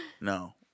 no